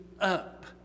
up